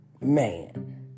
man